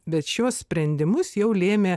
bet šiuos sprendimus jau lėmė